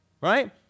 Right